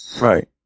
Right